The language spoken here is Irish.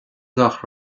gach